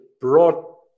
broad